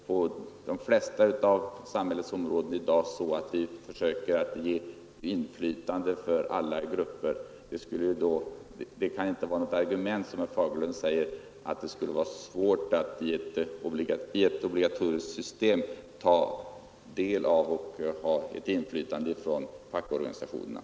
På de flesta samhällsområden försöker vi ju skapa inflytande för alla grupper. Herr Fagerlunds uttalande att det skulle vara svårt att i ett obligatoriskt system ge inflytande åt fackorganisationerna kan därför inte vara något argument.